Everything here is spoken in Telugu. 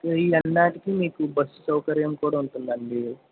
ఇవి వెళ్ళడానికి మీకు బస్సు సౌకర్యం కూడా ఉంటుంది అండి